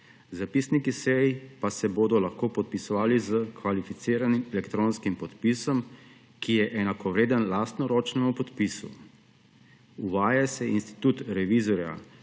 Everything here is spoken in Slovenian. Zapisniki sej pa se bodo lahko podpisovali s kvalificiranim elektronskim podpisom, ki je enakovreden lastnoročnemu podpisu. Uvaja se institut revizorja,